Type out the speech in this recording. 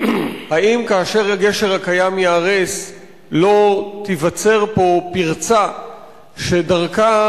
האם כאשר הגשר הקיים ייהרס לא תיווצר פה פרצה שדרכה